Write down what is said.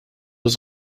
was